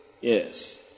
Yes